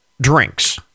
drinks